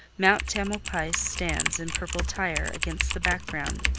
mount tamalpais stands in purple tire against the background,